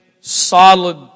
solid